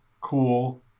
cool